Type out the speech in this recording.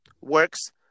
works